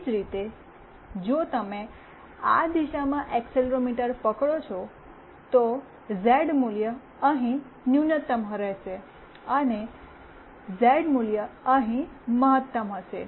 એજ રીતે જો તમે આ દિશામાં એક્સેલરોમીટર પકડો છો તો ઝેડ મૂલ્ય અહીં ન્યૂનતમ રહેશે અને ઝેડ મૂલ્ય અહીં મહત્તમ હશે